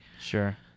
Sure